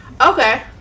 Okay